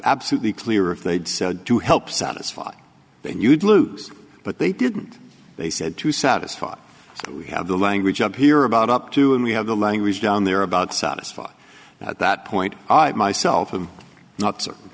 absolutely clear if they'd said to help satisfy then you would lose but they didn't they said to satisfy we have the language up here about up to and we have the language down there about satisfied at that point i myself i'm not certain